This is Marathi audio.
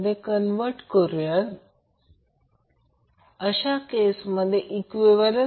तर हा शेवट आहे हा A आहे समजा हा B आहे हा C आहे